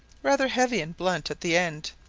rather heavy and blunt at the end.